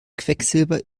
quecksilber